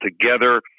together